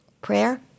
Prayer